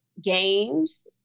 games